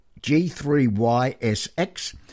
G3YSX